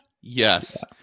Yes